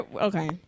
okay